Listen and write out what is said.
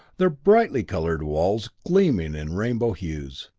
their brightly colored walls gleaming in rainbow hues,